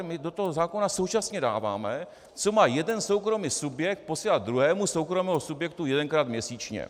My do toho zákona současně dáváme, co má jeden soukromý subjekt posílat druhému soukromému subjektu jedenkrát měsíčně.